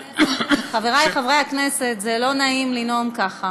חברי חברי הכנסת, זה לא נעים לנאום ככה.